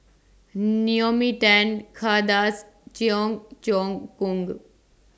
Naomi Tan Kay Das Cheong Choong Kong